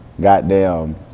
Goddamn